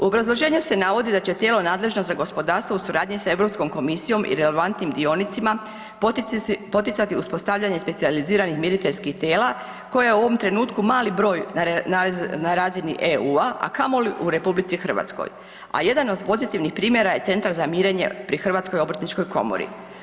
U obrazloženju se navodi da će tijela nadležna za gospodarstvo u suradnji s Europskom komisijom i relevantnim dionicama poticati uspostavljanje specijaliziranih miriteljskih tijela koja u ovom trenutku mali broj na razini EU-a, a kamoli u RH, a jedan od pozitivnih primjera je centar za mirenje pri Hrvatskoj obrtničkoj komori.